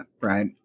right